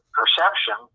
perception